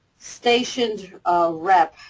stationed rep,